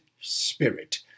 Spirit